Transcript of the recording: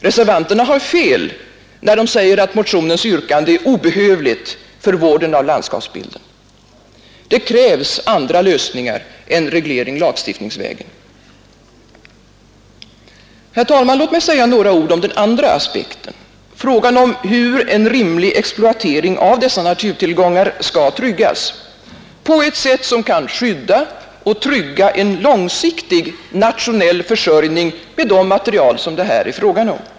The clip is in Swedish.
Reservanterna har fel när de säger att motionens yrkande är obehövligt för vården av landskapsbilden. Det krävs andra lösningar än reglering lagstiftningsvägen. Herr talman! Låt mig säga några ord om den andra aspekten, frågan om hur en rimlig exploatering av dessa naturtillgångar skall tryggas på ett sätt som kan skydda och säkra en långsiktig nationell försörjning med de material det här är fråga om.